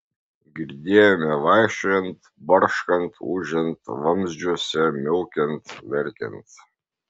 girdėjome vaikščiojant barškant ūžiant vamzdžiuose miaukiant verkiant